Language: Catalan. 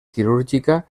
quirúrgica